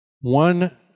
One